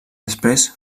després